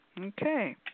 Okay